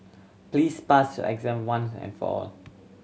please pass your exam one and for all